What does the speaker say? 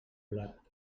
blat